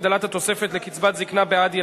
הגדלת התוספת לקצבת זיקנה בעד ילדים),